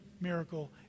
miracle